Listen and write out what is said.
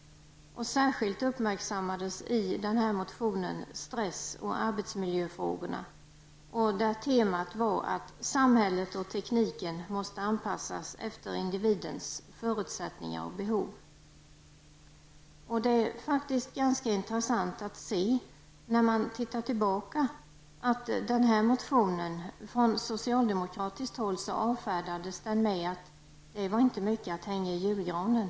Särskilt uppmärksammades i denna motion stress och arbetsmiljöfrågorna. Temat var där att samhället och tekniken måste anpassas efter individens förutsättningar och behov. Det är faktiskt ganska intressant att se -- då man tittar tillbaka -- att denna motion från socialdemokratiskt håll avfärdades med att den inte var mycket att hänga i julgranen.